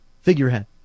figurehead